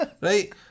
Right